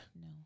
No